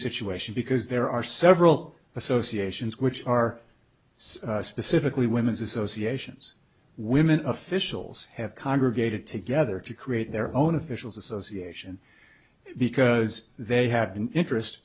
situation because there are several associations which are so specifically women's associations women officials have congregated together to create their own officials association because they have been interest